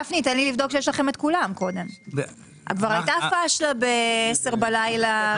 כבר הייתה פשלה ביום שני ב-10:00 בלילה.